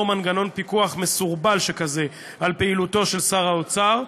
מנגנון פיקוח מסורבל שכזה על פעילותו של שר האוצר,